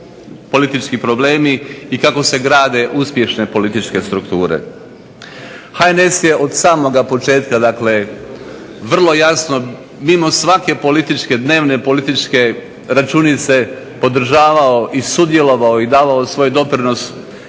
politički problemi, i kako se grade uspješne političke strukture. HNS je od samoga početka dakle vrlo jasno mimo svake političke, dnevne političke računice podržavao i sudjelovao i davao svoj doprinos